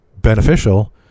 beneficial